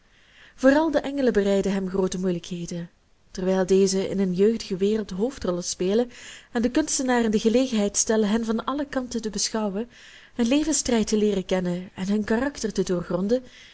vooral de engelen bereiden hem groote moeilijkheden terwijl dezen in een jeugdige wereld hoofdrollen spelen en den kunstenaar in de gelegenheid stellen hen van alle kanten te beschouwen hun levensstrijd te leeren kennen en hun karakter te doorgronden